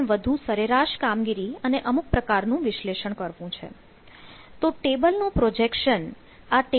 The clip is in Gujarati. આપણે વધુ સરેરાશ કામગીરી અને અમુક પ્રકાર નું વિશ્લેષણ કરવું છે